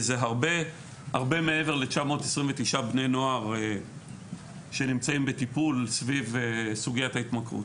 זה הרבה מעבר ל-929 בני נוער שנמצאים בטיפול סביב סוגיית ההתמכרות.